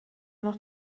noch